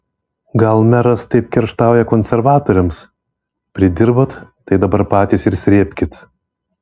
gal meras taip kerštauja konservatoriams pridirbot tai dabar patys ir srėbkit